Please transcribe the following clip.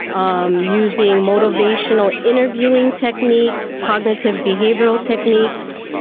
um using motivational interviewing techniques, cognitive behavioural techniques.